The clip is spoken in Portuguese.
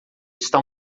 está